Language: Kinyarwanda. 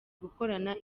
gukorana